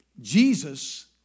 Jesus